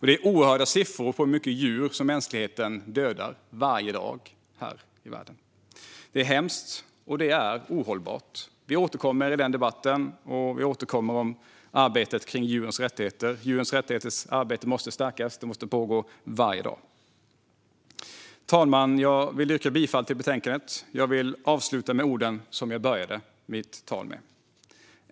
Det är oerhörda siffror för hur många djur som mänskligheten dödar varje dag här i världen. Det är hemskt, och det är ohållbart. Vi återkommer i den debatten och om arbetet för djurens rättigheter. Arbetet för djurens rättigheter måste stärkas och pågå varje dag. Fru talman! Jag yrkar bifall till utskottets förslag i betänkandet. Jag vill avsluta med orden jag började mitt tal med.